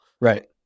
Right